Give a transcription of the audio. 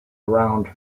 around